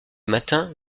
matin